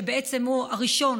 שבעצם הוא הראשון